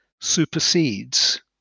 supersedes